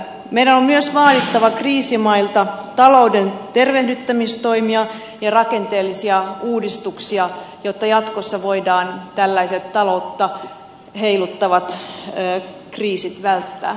meidän on myös vaadittava kriisimailta talouden tervehdyttämistoimia ja rakenteellisia uudistuksia jotta jatkossa voidaan tällaiset taloutta heiluttavat kriisit välttää